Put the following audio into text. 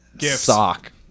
sock